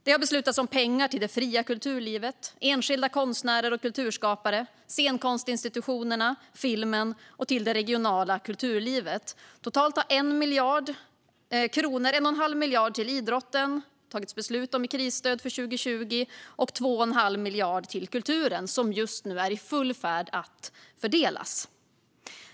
Det har beslutats om pengar till det fria kulturlivet, enskilda konstnärer och kulturskapare, scenkonstinstitutionerna, filmen och det regionala kulturlivet. Totalt har det tagits beslut om 1 1⁄2 miljard kronor i krisstöd till idrotten för 2020 och om 2 1⁄2 miljard till kulturen, som just nu är i full färd att fördelas.